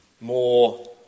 more